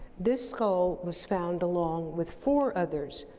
this skull was found along with four others,